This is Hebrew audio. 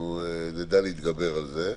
נדע להתגבר על זה.